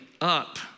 up